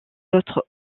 autres